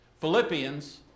Philippians